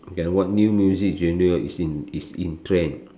and what new music genre is in is in trend